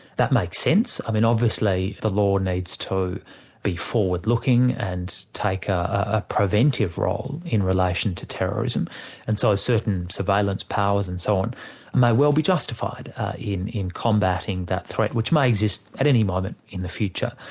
that makes sense. i mean obviously the law needs to be forward-looking and take a preventive role in relation to terrorism and so certain surveillance powers and so on may well be justified in in combating that threat, which may exist at any moment in the future.